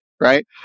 right